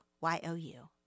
Y-O-U